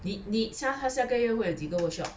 你你下他下个月会有几个 workshop